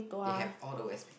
they have all the West people